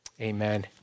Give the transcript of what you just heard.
amen